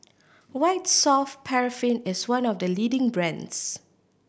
White Soft Paraffin is one of the leading brands